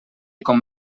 com